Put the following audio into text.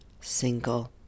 single